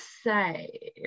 say